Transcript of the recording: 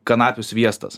kanapių sviestas